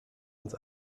uns